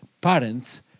parents